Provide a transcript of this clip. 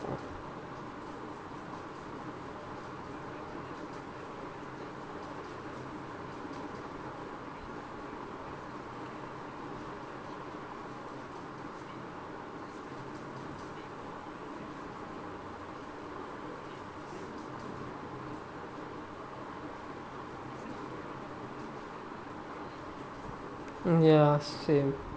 ya same